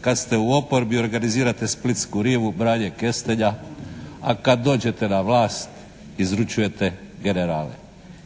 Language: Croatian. Kad ste u oporbi organizirate splitsku rivu, branje kestenja, a kad dođete na vlast izručujete generale.